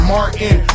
Martin